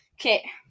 Okay